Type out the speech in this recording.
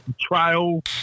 trial